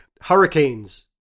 Hurricanes